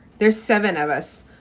there's seven of us.